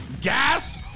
gas